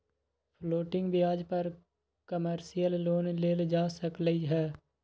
floating ब्याज पर commercial loan लेल जा सकलई ह